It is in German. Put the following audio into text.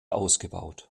ausgebaut